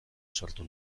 sortu